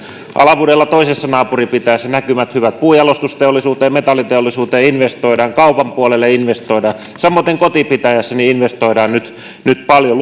alavudella toisessa naapuripitäjässä näkymät hyvät puunjalostusteollisuuteen metalliteollisuuteen investoidaan kaupan puolelle investoidaan samaten kotipitäjässäni investoidaan nyt nyt paljon